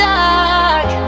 dark